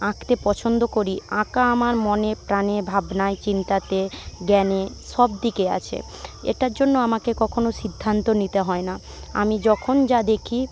আঁকতে পছন্দ করি আঁকা আমার মনে প্রাণে ভাবনায় চিন্তাতে জ্ঞানে সবদিকে আছে এটার জন্য আমাকে কখনও সিদ্ধান্ত নিতে হয় না আমি যখন যা দেখি